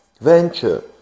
venture